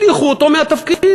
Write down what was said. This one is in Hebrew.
הדיחו אותו מהתפקיד.